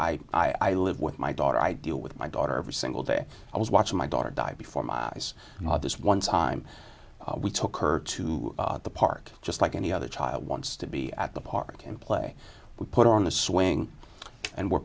i i live with my daughter i deal with my daughter every single day i was watching my daughter die before my eyes and this one time we took her to the park just like any other child wants to be at the park and play we put on the swing and we're